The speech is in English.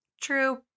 True